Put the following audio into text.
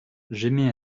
j’émets